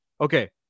Okay